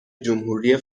جمهوری